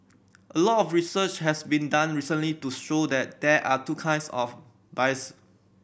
a lot of research has been done recently to show that there are two kinds of bias